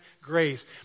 grace